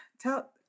tell